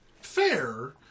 fair